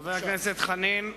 חבר הכנסת חנין,